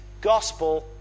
gospel